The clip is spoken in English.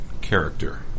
character